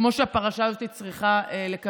כמו שהפרשה הזאת צריכה לקבל.